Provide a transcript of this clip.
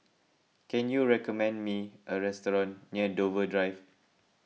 can you recommend me a restaurant near Dover Drive